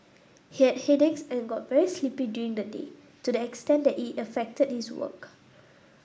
he had headaches and got very sleepy during the day to the extent that it affected his work